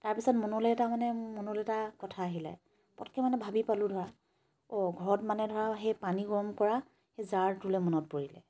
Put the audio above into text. তাৰপিছত মনলৈ তাৰমানে মোৰ মনলৈ এটা কথা আহিলে পটকৈ মানে ভাবি পালো ধৰা অঁ ঘৰত মানে ধৰা সেই পানী গৰম কৰা সেই জাৰটোলৈ মনত পৰিল